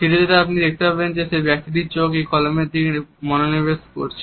ধীরে ধীরে আপনি দেখতে পাবেন যে সেই ব্যক্তিটির চোখ এই কলমের দিকে মনোনিবেশ করছে